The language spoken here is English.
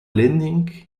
landing